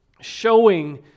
showing